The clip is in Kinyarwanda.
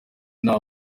nta